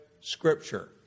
scripture